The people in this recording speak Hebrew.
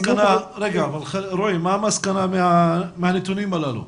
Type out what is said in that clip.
רועי, מה המסקנה מהנתונים הללו?